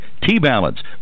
T-Balance